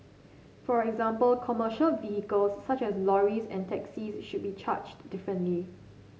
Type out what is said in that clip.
for example commercial vehicles such as lorries and taxis should be charged differently